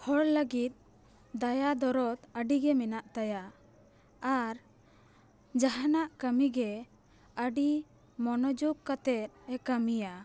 ᱦᱚᱲ ᱞᱟᱹᱜᱤᱫ ᱫᱟᱭᱟ ᱫᱚᱨᱚᱫᱽ ᱟᱹᱰᱤ ᱜᱮ ᱢᱮᱱᱟᱜ ᱛᱟᱭᱟ ᱟᱨ ᱡᱟᱦᱟᱱᱟᱜ ᱠᱟᱹᱢᱤ ᱜᱮ ᱟᱹᱰᱤ ᱢᱚᱱᱳᱡᱳᱜᱽ ᱠᱟᱛᱮᱫ ᱮ ᱠᱟᱹᱢᱤᱭᱟ